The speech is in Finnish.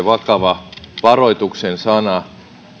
vakava varoituksen sana